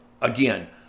Again